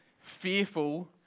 fearful